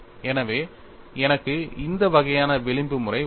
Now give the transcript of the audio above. எனவே எனக்கு இந்த வகையான விளிம்பு முறை உள்ளது